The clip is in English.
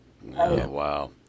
wow